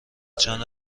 چند